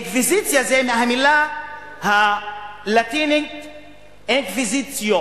אינקוויזיציה זה מהמלה הלטינית "אינקוויזיציו"